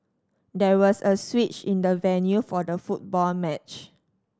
there was a switch in the venue for the football match